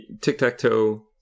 tic-tac-toe